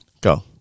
go